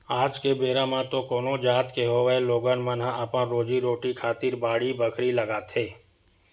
आज के बेरा म तो कोनो जात के होवय लोगन मन ह अपन रोजी रोटी खातिर बाड़ी बखरी लगाथे